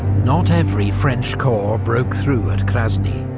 not every french corps broke through at krasny.